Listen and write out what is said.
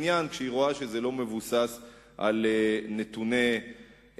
עניין כשהיא רואה שזה לא מבוסס על נתוני אמת.